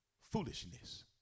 foolishness